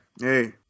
hey